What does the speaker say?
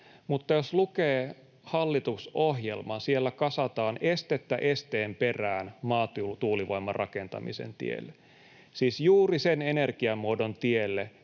Mutta jos lukee hallitusohjelmaa, niin siellä kasataan estettä esteen perään maatuulivoiman rakentamisen tielle — siis juuri sen energiamuodon tielle,